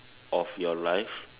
of your life